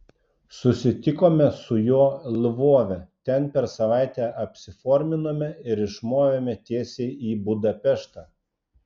susitikome su juo lvove ten per savaitę apsiforminome ir išmovėme tiesiai į budapeštą